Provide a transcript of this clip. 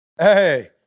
Hey